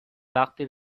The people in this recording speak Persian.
وقتی